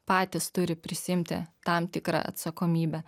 patys turi prisiimti tam tikrą atsakomybę